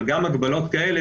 אבל גם הגבלות כאלה,